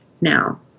now